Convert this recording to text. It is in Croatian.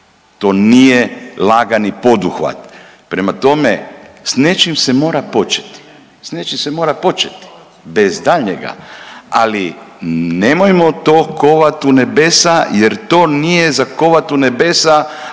To nije lagani poduhvat, prema tome, s nečim se moram početi, s nečim se mora početi, bez daljnjega, ali nemojmo to kovati u nebesa jer to nije za kovati u nebesa